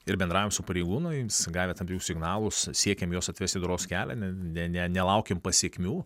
ir bendraujam su pareigūnais gavę tarp jų signalus siekiam juos atvesti į doros kelią ne ne nelaukiam pasekmių